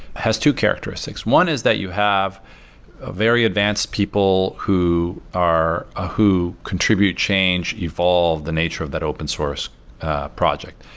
has two characteristics. one is that you have very advanced people who are ah who contribute change evolve the nature of that open-source project.